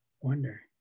wonder